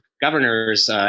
governors